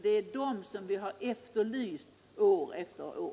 Det är det vi har efterlyst år efter år.